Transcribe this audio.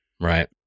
Right